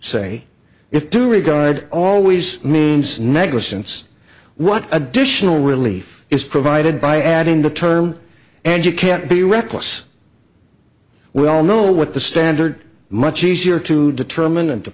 say if due regard always means negligence what additional relief is provided by adding the term and you can't be reckless we all know what the standard much easier to determine and to